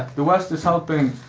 the west is helping.